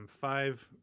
five